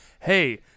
hey